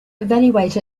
evaluate